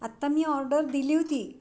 आत्ता मी ऑर्डर दिली होती